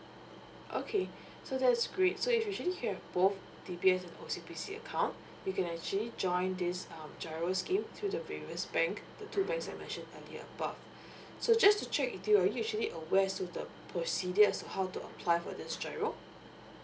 okay so that's great so if usually you have both D_B_S and O_C_B_C account you can actually join this um giro scheme through the various bank the two banks I mention earlier above so just to check with you are you usually aware to the procedures on how to apply for this giro